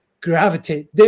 gravitate